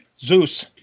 Zeus